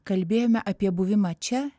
kalbėjome apie buvimą čia